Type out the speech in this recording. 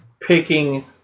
picking